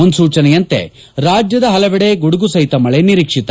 ಮುನ್ನೂಚನೆಯಂತೆ ರಾಜ್ಯದ ಪಲವೆಡೆ ಗುಡುಗು ಸಹಿತ ಮಳೆ ನಿರೀಕ್ಷಿತ